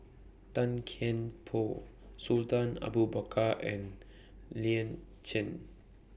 Tan Kian Por Sultan Abu Bakar and Lin Chen